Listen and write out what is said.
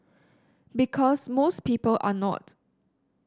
because most people are not